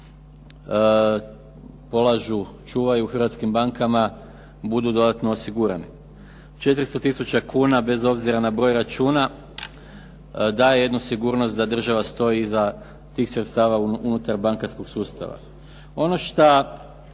polažu, čuvaju u hrvatskim bankama budu dodatno osigurani. 400 tisuća kuna bez obzira na broj računa daje jednu sigurnost da država stoji iza tih sredstava unutar bankarskog sustava. Ono što